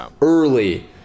early